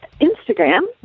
Instagram